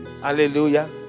Hallelujah